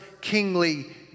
kingly